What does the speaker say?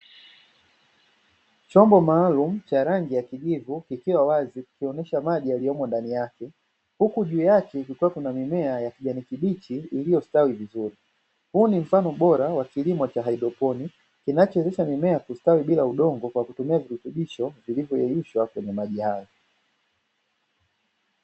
Chombo maalum cha rangi ya kijivu kikiwa wazi kikionesha maji yaliyomo ndani yake, huku juu yake kuna mimea iliyostawi vizuri, huu ni mfano bora wa kilimo cha haidroponiki kinachowezesha mimea ya kijani kibichi yaliyostawi bila udogo kwa kutumia virutubisho vilivyoyeyushwa kwenye maji hayo.